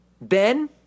Ben